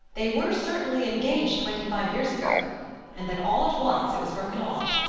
they were certainly engaged twenty-five years ago and then all at once it was broken off.